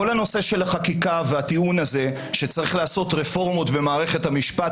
כל הנושא של החקיקה והטיעון הזה שצריך לעשות רפורמות במערכת המשפט,